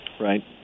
Right